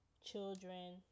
children